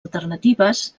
alternatives